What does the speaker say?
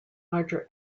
larger